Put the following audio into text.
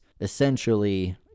essentially